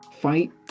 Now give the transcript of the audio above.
fight